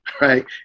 right